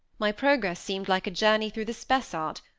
my progress seemed like a journey through the spessart,